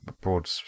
broad